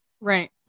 Right